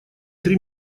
три